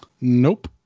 nope